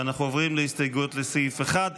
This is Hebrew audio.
אנחנו עוברים להסתייגויות לסעיף 1,